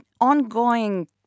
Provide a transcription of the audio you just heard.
ongoing